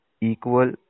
equal